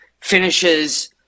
finishes